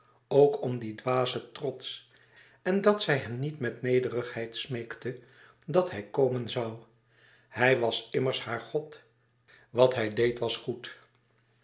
ook om dien dwazen trots en dat zij hem niet met nederigheid smeekte dat hij komen zoû hij was immers haar god wat hij deed was goed